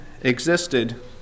existed